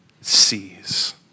sees